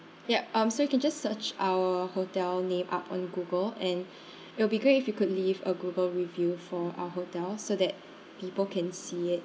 yup um so you can just search our hotel name up on Google and it'll be great if you could leave a Google review for our hotel so that people can see it